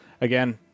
again